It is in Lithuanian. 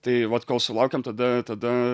tai vat kol sulaukėm tada tada